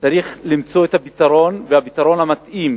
צריך למצוא את הפתרון, והפתרון המתאים,